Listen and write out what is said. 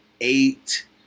eight